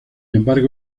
embargo